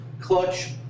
clutch